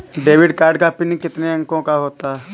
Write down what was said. Debit card का PIN कितने अंकों का होता है?